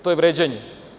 To je vređanje.